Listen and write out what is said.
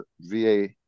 VA